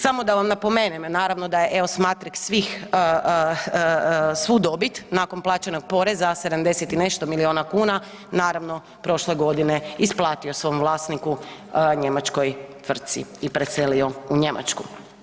Samo da vam napomenem naravno da je EOS Matrix svih, svu dobit nakon plaćenog poreza 70 i nešto miliona kuna naravno prošle godine isplati svom vlasniku njemačkoj tvrtki i preselio u Njemačku.